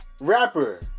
rapper